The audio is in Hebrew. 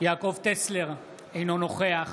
יעקב טסלר, אינו נוכח